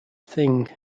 thing